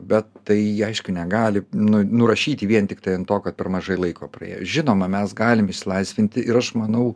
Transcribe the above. bet tai aišku negali nu nurašyti vien tiktai ant to kad per mažai laiko praėjo žinoma mes galim išsilaisvinti ir aš manau